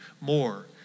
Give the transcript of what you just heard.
more